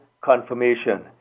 confirmation